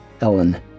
Ellen